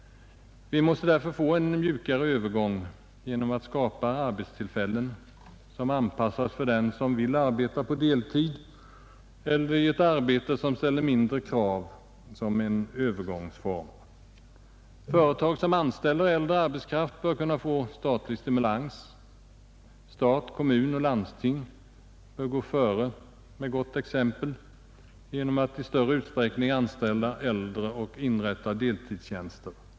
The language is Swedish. Vi måste därför få en mjukare övergång genom att skapa arbetstillfällen som anpassas för den som vill arbeta på deltid eller i ett arbete som ställer mindre krav — som en övergångsform. Företag som anställer äldre arbetskraft bör kunna få statlig stimulans. Stat, kommun och landsting bör föregå med gott exempel genom att i större utsträckning än nu anställa äldre och inrätta deltidstjänster.